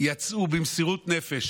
מאותה השבת יצאו במסירות נפש,